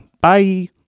Bye